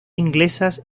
inglesas